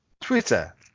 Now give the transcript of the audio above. twitter